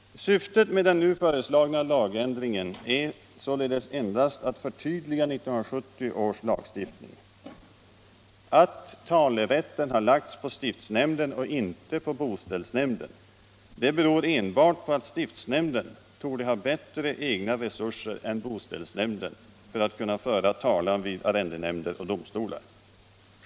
Syftet med den nu föreslagna lagändringen är således endast att förtydliga 1970 års lagstiftning. Att talerätten har lagts på stiftsnämnden och inte på boställsnämnden, beror enbart på att stiftsnämnden torde ha bättre egna resurser än boställsnämnden för att kunna föra talan vid arrendenämnder och domstolar.